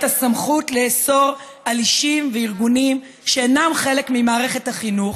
את הסמכות לאסור על אישים וארגונים שאינם חלק ממערכת החינוך